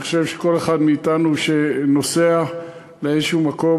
אני חושב שכל אחד מאתנו שנוסע לאיזשהו מקום,